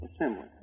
assembly